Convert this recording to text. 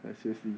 I see I see